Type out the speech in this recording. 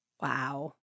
Wow